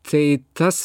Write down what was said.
tai tas